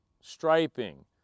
striping